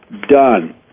done